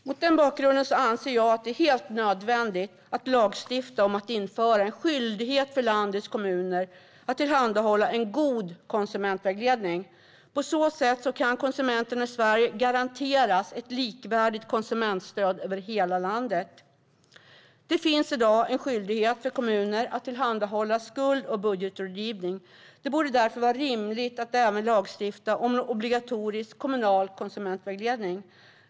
Mot den bakgrunden anser jag att det är helt nödvändigt att lagstifta om att införa en skyldighet för landets kommuner att tillhandahålla en god konsumentvägledning. På så sätt kan konsumenterna i Sverige garanteras ett likvärdigt konsumentstöd över hela landet. Det finns i dag en skyldighet för kommuner att tillhandahålla skuld och budgetrådgivning. Det borde därför vara rimligt att även lagstifta om obligatorisk kommunal konsumentvägledning.